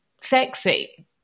sexy